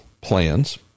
plans